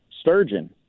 sturgeon